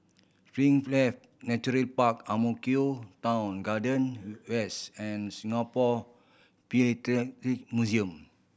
Springleaf Naturally Park Ang Mo Kio Town Garden West and Singapore Museum